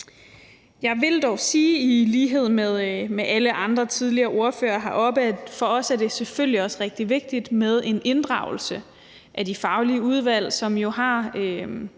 Jeg vil dog i lighed med alle andre tidligere ordførere heroppe sige, at for os er det selvfølgelig også rigtig vigtigt med en inddragelse af de faglige udvalg, som jo har